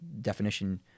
definition